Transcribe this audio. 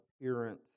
appearance